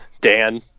Dan